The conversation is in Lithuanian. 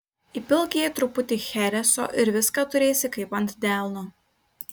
įpilk jai truputį chereso ir viską turėsi kaip ant delno